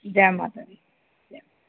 जै माता दी जै माता